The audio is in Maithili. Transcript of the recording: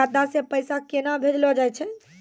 खाता से पैसा केना भेजलो जाय छै?